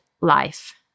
life